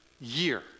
year